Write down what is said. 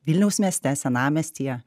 vilniaus mieste senamiestyje